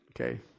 Okay